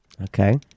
Okay